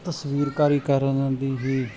ਤਸਵੀਰਕਾਰੀ ਕਾਰਨ ਦੀ ਵੀ